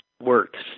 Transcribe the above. works